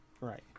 Right